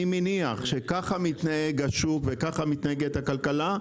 אני מניח שככה מתנהג השוק וככה מתנהגת הכלכלה,